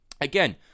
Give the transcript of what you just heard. Again